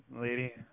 lady